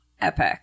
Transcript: epic